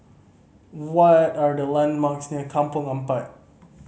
what are the landmarks near Kampong Ampat